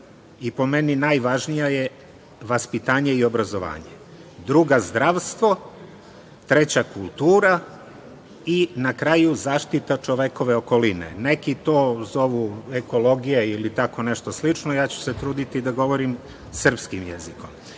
i po meni najvažnija, je vaspitanje i obrazovanje. Druga – zdravstvo. Treća – kultura. Na kraju – zaštita čovekove okoline. Neki to zovu ekologija ili tako nešto slično, ja ću se truditi da govorim srpskim jezikom. Neću